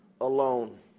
alone